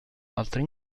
altri